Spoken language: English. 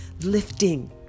lifting